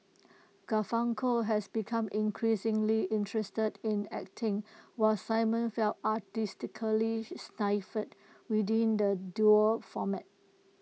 Garfunkel has become increasingly interested in acting while simon felt artistically stifled within the duo format